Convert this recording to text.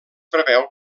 preveu